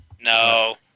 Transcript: No